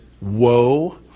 woe